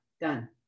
done